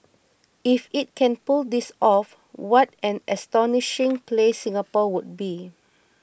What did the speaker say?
if it can pull this off what an astonishing place Singapore would be